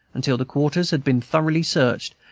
until the quarters had been thoroughly searched,